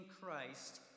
Christ